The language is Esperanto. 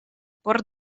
por